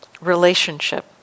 relationship